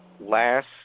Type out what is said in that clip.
Last